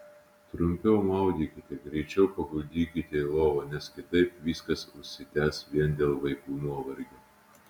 trumpiau maudykite greičiau paguldykite į lovą nes kitaip viskas užsitęs vien dėl vaikų nuovargio